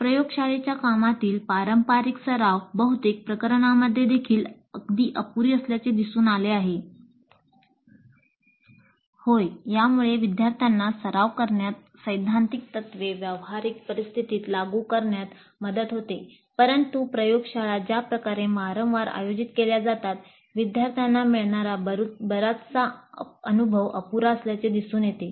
प्रयोगशाळेच्या कामातील पारंपारिक सराव बहुतेक प्रकरणांमध्ये देखील अगदी अपुरी असल्याचे दिसून आले आहे होय यामुळे विद्यार्थ्यांना सराव करण्यात सैद्धांतिक तत्त्वे व्यावहारिक परिस्थितीत लागू करण्यात मदत होते परंतु प्रयोगशाळा ज्या प्रकारे वारंवार आयोजित केल्या जातात विद्यार्थ्यांना मिळणारा अनुभव बराचसा अपुरा असल्याचे दिसून येते